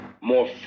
more